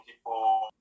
people